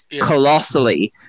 colossally